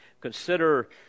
consider